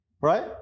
right